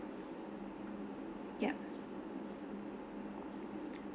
ya